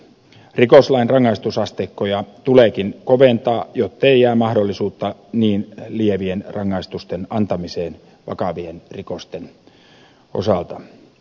rikoslain rangaistusasteikkoja tuleekin koventaa jottei jää mahdollisuutta niin lievien rangaistusten antamiseen vakavien rikosten osalta